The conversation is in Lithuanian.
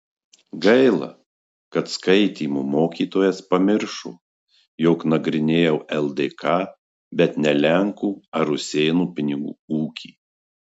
gaila kad skaitymo mokytojas pamiršo jog nagrinėjau ldk bet ne lenkų ar rusėnų pinigų ūkį